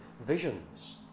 visions